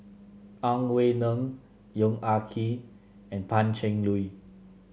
Ang Wei Neng Yong Ah Kee and Pan Cheng Lui